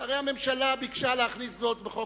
חבר כנסת אורון,